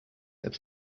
their